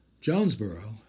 Jonesboro